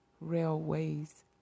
railways